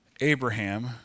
Abraham